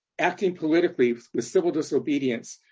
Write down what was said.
acting politically with civil disobedience,